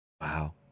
Wow